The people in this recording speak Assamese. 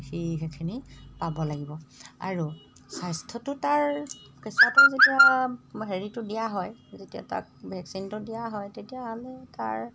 সি সেইখিনি পাব লাগিব আৰু স্বাস্থ্যটো তাৰ পিছতো যেতিয়া হেৰিটো দিয়া হয় যেতিয়া তাক ভেকচিনটো দিয়া হয় তেতিয়াহ'লে তাৰ